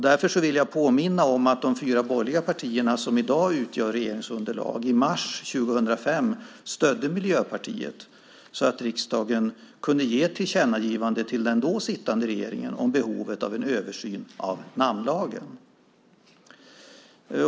Därför vill jag påminna om att de fyra borgerliga partierna, som i dag utgör regeringsunderlag, i mars 2005 stödde Miljöpartiet så att riksdagen kunde ge ett tillkännagivande till den då sittande regeringen om behovet av en översyn av namnlagen.